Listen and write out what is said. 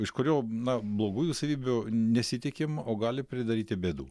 iš kurio na blogųjų savybių nesitikim o gali pridaryti bėdų